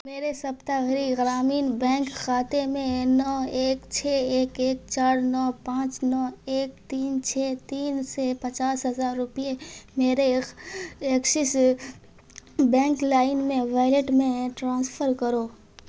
میرے سپتاری گرامین بینک کھاتے میں نو ایک چھ ایک ایک چار نو پانچ نو ایک تین چھ تین سے پچاس ہزار روپیے میرے ایکسس بینک لائن میں والیٹ میں ٹرانسفر کرو